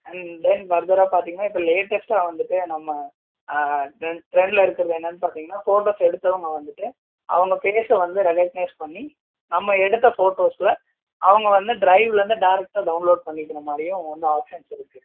and then ஃபர்தரா பார்த்தீங்கனா இப்போ லேட்டஸ்ட்டாக வந்துட்டு நம்ம டென் டிரெண்ட்லே இருக்குறது என்னென்னு பார்த்தீங்கனா ஃபோட்டோஸ் எடுத்தவங்க வந்துட்டு அவங்க ஃபேஸ்ஸை வந்து ரெக்ககனைஸ் பண்ணி நம்ம எடுத்த ஃபோட்டோஸில் அவங்க வந்து ட்ரைவில் இருந்து டேரெக்டாக டவுன்லோட் பண்ணிக்குறமாதிரியும் வந்து ஆப்சன்ஸ் இருக்குது